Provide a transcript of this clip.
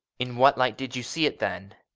in what light did you see it, then?